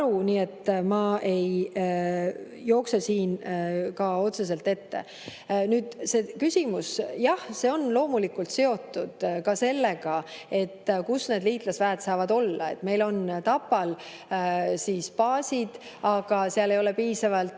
nii et ma ei jookse siin ka otseselt ette. Jah, see on loomulikult seotud ka sellega, kus need liitlasväed saavad olla. Meil on Tapal baasid, aga seal ei ole piisavalt